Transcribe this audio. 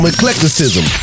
Eclecticism